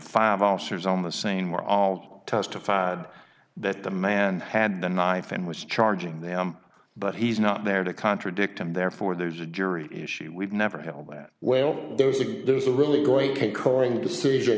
five officers on the same are all testified that the man had the knife and was charging them but he's not there to contradict them therefore there's a jury issue we've never had all that well there's a there's a really going coring decision